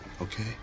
okay